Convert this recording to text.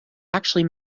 actually